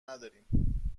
نداریم